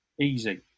Easy